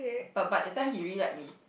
but but that time he really like me